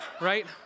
Right